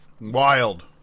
Wild